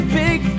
big